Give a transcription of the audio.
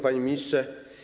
Panie Ministrze!